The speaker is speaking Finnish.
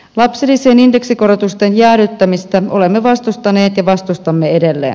lapsilisien indeksikorotusten jäädyttämistä olemme vastustaneet ja vastustamme edelleen